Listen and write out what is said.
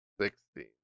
sixteen